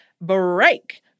break